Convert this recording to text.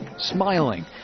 smiling